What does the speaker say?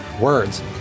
Words